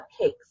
cupcakes